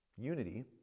Unity